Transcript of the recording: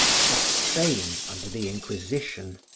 of spain under the inquisition,